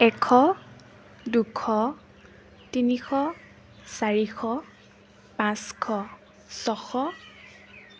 এশ দুশ তিনিশ চাৰিশ পাঁচশ ছয়শ